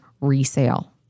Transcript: resale